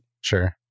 Sure